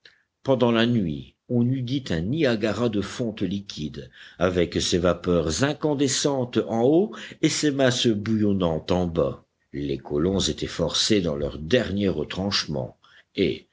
pendant la nuit on eût dit un niagara de fonte liquide avec ses vapeurs incandescentes en haut et ses masses bouillonnantes en bas les colons étaient forcés dans leur dernier retranchement et